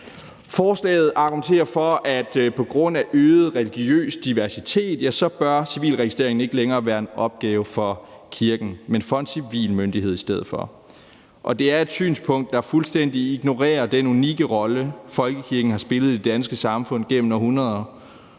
Forslaget argumenterer for, at på grund af øget religiøs diversitet bør civilregistreringen ikke længere være en opgave for kirken, men for en civil myndighed i stedet for. Det er et synspunkt, der fuldstændig ignorerer den unikke rolle, folkekirken har spillet i det danske samfund gennem århundreder